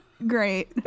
Great